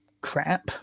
crap